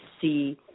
see